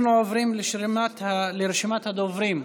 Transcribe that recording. אנחנו עוברים לרשימת הדוברים.